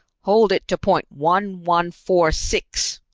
hold it to point one one four six,